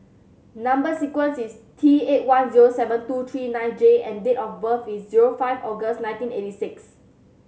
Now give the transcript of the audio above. number sequence is T eight one zero seven two three nine J and date of birth is zero five August nineteen eighty six